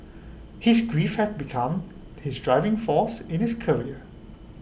his grief has become his driving force in his career